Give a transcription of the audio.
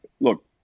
look